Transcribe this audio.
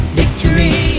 victory